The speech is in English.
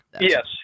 Yes